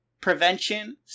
prevention